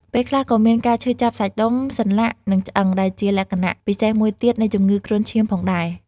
ពេលខ្លះក៏មានការឈឺចាប់សាច់ដុំ សន្លាក់ និងឆ្អឹង ដែលជាលក្ខណៈពិសេសមួយទៀតនៃជំងឺគ្រុនឈាមផងដែរ ។